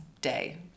day